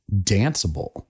danceable